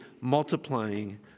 multiplying